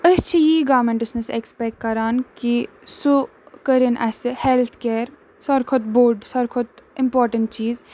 أسۍ چھِ یی گارمٮ۪نٛٹَس نِس اٮ۪کٕسپٮ۪ک کَران کہِ سُہ کٔرِن اَسہِ ہٮ۪لٕتھ کِیَر ساروی کھۄتہٕ بوٚڑ ساروی کھۄتہٕ اِمپاٹَنٛٹ چیٖز